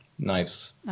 Knives